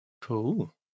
Cool